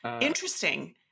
Interesting